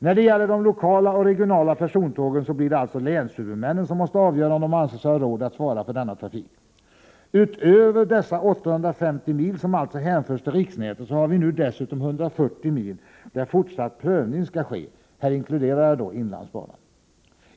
När det gäller de lokala och regionala persontågen blir det alltså länshuvudmännen som måste avgöra om de anser sig ha råd att svara för denna trafik. Utöver dessa 850 mil, som alltså hänförs till riksnätet, har vi nu dessutom 140 mil, där fortsatt prövning skall ske. Här inkluderar jag då inlandsbanan.